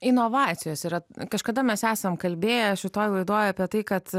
inovacijos yra kažkada mes esam kalbėję šitoj laidoj apie tai kad